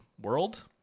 World